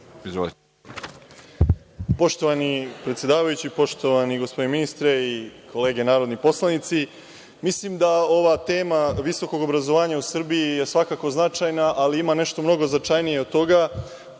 Poštovani predsedavajući, poštovani gospodine ministre i kolege narodni poslanici, mislim da ova tema visokog obrazovanja u Srbiji je svakako značajna, ali ima nešto mnogo značajnije od toga,